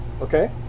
Okay